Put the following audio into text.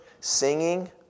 singing